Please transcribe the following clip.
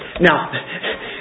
Now